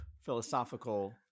philosophical